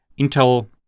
Intel